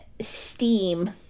steam